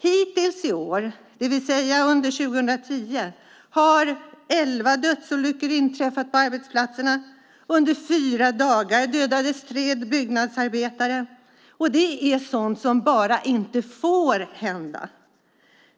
Hittills i år, det vill säga under 2010, har elva dödsolyckor inträffat på arbetsplatserna. Under fyra dagar dödades tre byggnadsarbetare. Det är sådant som bara inte får hända.